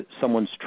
someone's